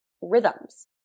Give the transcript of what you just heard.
rhythms